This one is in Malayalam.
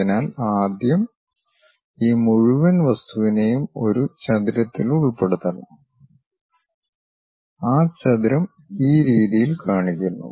അതിനാൽ ആദ്യം ഈ മുഴുവൻ വസ്തുവിനെയും ഒരു ചതുരത്തിൽ ഉൾപ്പെടുത്തണം ആ ചതുരം ഈ രീതിയിൽ കാണിക്കുന്നു